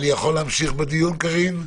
אני אנסה להגיד כמה משפטים.